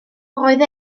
roedd